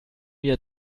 mir